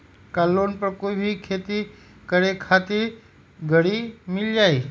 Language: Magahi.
का लोन पर कोई भी खेती करें खातिर गरी मिल जाइ?